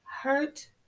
hurt